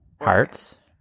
hearts